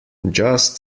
just